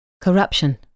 Corruption